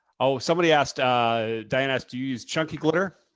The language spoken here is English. oh, somebody asked diana asked do you chunky glitter?